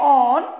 on